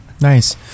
Nice